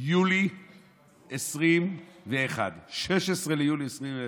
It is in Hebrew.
מיולי 2021, 16 ביולי 2021,